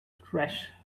thresh